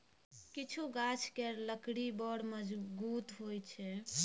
किछु गाछ केर लकड़ी बड़ मजगुत होइ छै